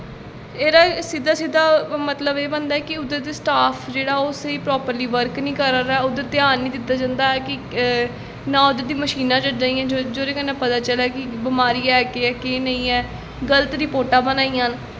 एह्दा सिद्धा सिद्धा मतलब एह् बनदा ऐ कि उद्धर दा स्टॉफ ओह् स्हेई प्रॉपरली बर्क निं करा दा ऐ ओह्दा ध्यान निं दित्ता जंदा ऐ कि नां उद्धर मशीनां न जेह्दे कन्नै पता चलै कि बमारी है केह् ऐ केह् नेईं ऐ गल्त रिपोर्टां बना दियां न